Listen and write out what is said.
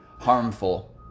harmful